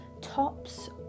tops